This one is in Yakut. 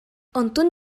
онтун